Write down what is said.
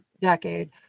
decade